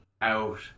out